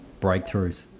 breakthroughs